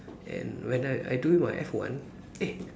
and when I I doing my F one eh